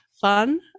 fun